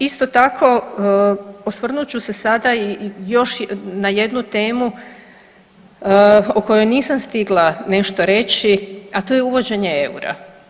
Isto tako osvrnut ću se sada još na jednu temu o kojoj nisam stigla nešto reći, a to je uvođenje eura.